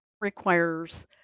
requires